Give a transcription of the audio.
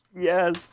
Yes